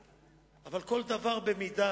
אבל כל דבר במידה.